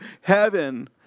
heaven